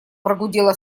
прогудела